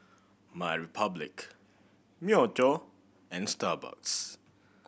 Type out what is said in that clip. MyRepublic Myojo and Starbucks